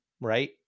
right